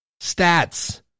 Stats